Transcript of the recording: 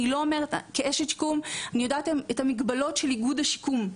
כאשת שיקום, אני מודעת למגבלות של איגוד השיקום,